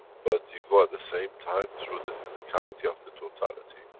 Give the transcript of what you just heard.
but you go at the same time through the physicality of the totality.